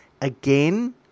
Again